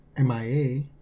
MIA